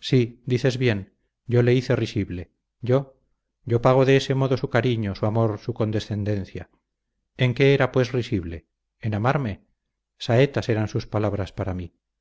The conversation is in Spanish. sí dices bien yo le hice risible yo yo pago de ese modo su cariño su amor su condescendencia en qué era pues risible en amarme saetas eran sus palabras para mí